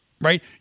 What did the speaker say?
Right